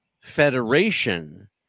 Federation